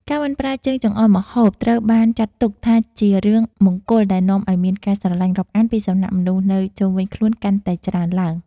ការមិនប្រើជើងចង្អុលម្ហូបត្រូវបានចាត់ទុកថាជារឿងមង្គលដែលនាំឱ្យមានការស្រឡាញ់រាប់អានពីសំណាក់មនុស្សនៅជុំវិញខ្លួនកាន់តែច្រើនឡើង។